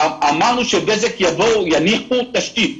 אמרו לי שבזק יבואו ויניחו תשתית.